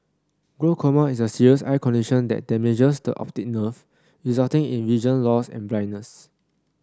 glaucoma is a serious eye condition that damages the optic nerve resulting in vision loss and blindness